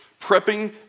prepping